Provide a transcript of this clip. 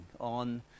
on